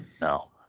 No